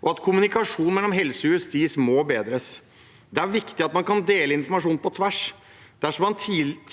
og at kommunikasjonen mellom helse- og justissektoren må bedres. Det er viktig at man kan dele informasjon på tvers. Dersom man